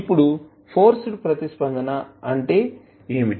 ఇప్పుడు ఫోర్స్డ్ ప్రతిస్పందన అంటే ఏమిటి